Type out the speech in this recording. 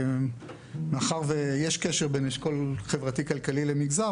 מאחר ויש קשר בין אשכול חברתי-כלכלי למגזר,